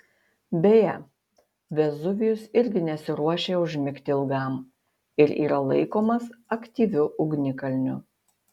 beje vezuvijus irgi nesiruošia užmigti ilgam ir yra laikomas aktyviu ugnikalniu